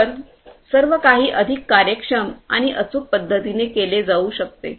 तर सर्व काही अधिक कार्यक्षम आणि अचूक पद्धतीने केले जाऊ शकते